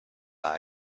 that